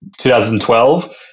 2012